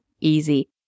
easy